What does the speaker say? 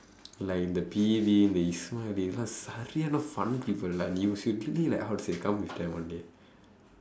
like the P V இந்த:indtha ismail சரியான:sariyaana fun people lah you should really like how to say come with them one day